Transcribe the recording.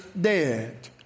dead